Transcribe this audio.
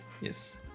Yes